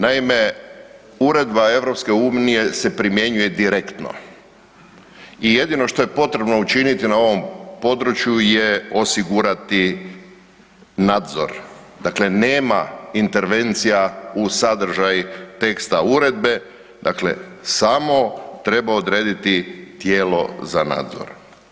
Naime, uredba EU se primjenjuje direktno i jedino što je potrebno učiniti na ovom području je osigurati nadzor, dakle nema intervencija u sadržaj teksta uredbe, dakle samo treba odrediti tijelo za nadzor.